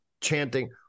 chanting